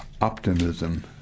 optimism